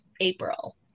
April